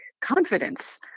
confidence